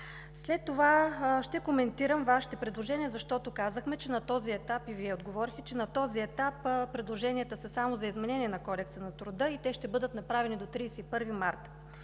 След това ще коментирам Вашите предложения, защото Вие отговорихте, че на този етап предложенията са само за изменение на Кодекса на труда и те ще бъдат направени до 31 март.